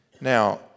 Now